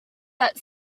that